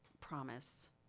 promise